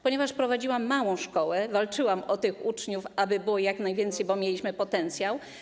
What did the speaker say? Ponieważ prowadziłam małą szkołę, walczyłam o tych uczniów, o to, aby było ich jak najwięcej, bo mieliśmy potencjał.